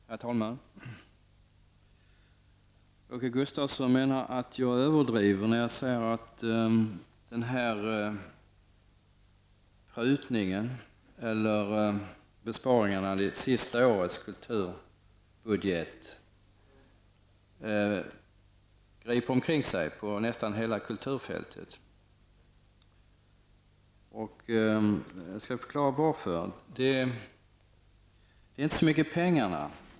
Herr talman! Åke Gustavsson menar att jag överdriver när jag säger att den här prutningen eller besparingen i det senaste årets kulturbudget griper omkring sig på nästan hela kulturfältet. Jag skall förklara varför jag säger det. Det handlar inte så mycket om pengarna.